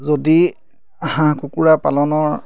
যদি হাঁহ কুকুৰা পালনৰ